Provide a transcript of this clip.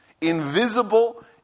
invisible